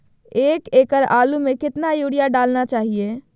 एक एकड़ आलु में कितना युरिया डालना चाहिए?